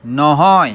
নহয়